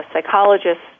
psychologists